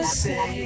say